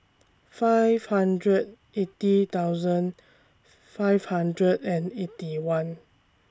five hundred eighty thousand five hundred and Eighty One